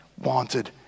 wanted